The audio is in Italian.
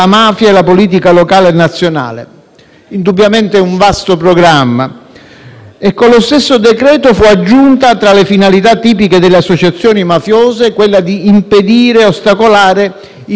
Indubbiamente è un vasto programma. Con lo stesso decreto-legge fu aggiunta, tra le finalità tipiche delle associazioni mafiose, quella di impedire e ostacolare il libero esercizio del diritto di voto,